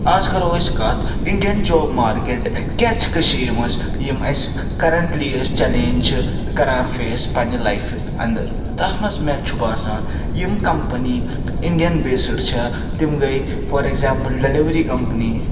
اَز کَرو أسۍ کَتھ اِنڈیَن جاب مارکٮ۪ٹ کیٛاہ چھِ کٔشیٖرِ منٛز یِم اَسہِ کَرَنٹلی أسۍ چیلنٛج چھِ کَران فیس پنٕنہِ لایفہِ اَنٛدر تَتھ منٛز مےٚ چھُ باسان یِم کَمپٔنی اِنڈیَن بیٚسٕڈ چھےٚ تِم گٔے فار ایگزامپُل ڈیٚلؤری کَمپٔنی